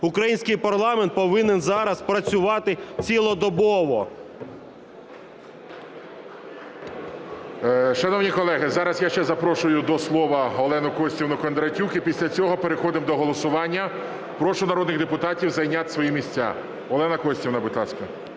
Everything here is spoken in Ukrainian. Український парламент повинен зараз працювати цілодобово.